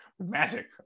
Magic